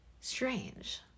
Strange